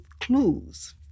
clues